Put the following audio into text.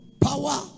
Power